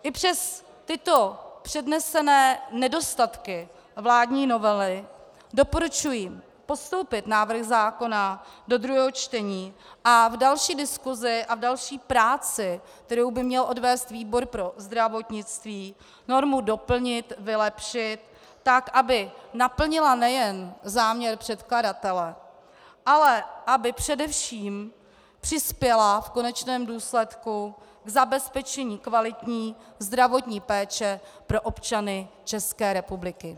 I přes tyto přednesené nedostatky vládní novely doporučuji postoupit návrh zákona do druhého čtení a v další diskusi a v další práci, kterou by měl odvést výbor pro zdravotnictví, normu doplnit, vylepšit tak, aby naplnila nejen záměr předkladatele, ale aby především přispěla v konečném důsledku k zabezpečení kvalitní zdravotní péče pro občany České republiky.